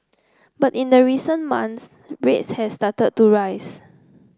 but in the recent months rates has started to rise